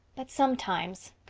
but sometimes,